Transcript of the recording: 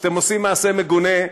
כשאתם עושים מעשה מגונה,